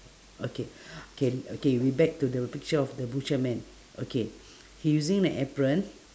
okay k k we back to the picture of the butcher man okay he using the apron